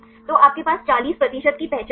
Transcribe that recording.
तो आपके पास 40 प्रतिशत की पहचान है